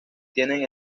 tienen